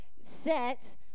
set